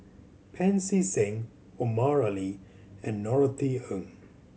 Pancy Seng Omar Ali and Norothy Ng